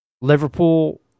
Liverpool